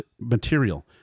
material